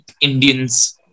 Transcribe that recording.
Indians